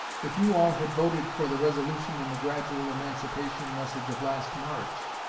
if you all had voted for the resolution in the gradual emancipation message of last march,